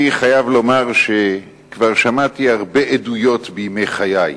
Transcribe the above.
אני חייב לומר שכבר שמעתי הרבה עדויות בימי חיי,